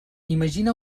imagina